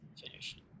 finished